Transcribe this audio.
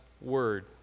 word